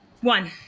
One